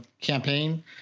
campaign